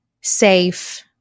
safe